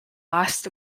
last